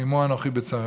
"עמו אנכי בצרה".